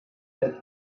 that